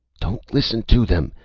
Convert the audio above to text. don't listen to them!